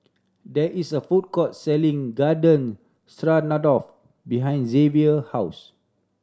there is a food court selling Garden Stroganoff behind Zavier house